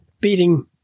beating